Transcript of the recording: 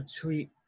tweet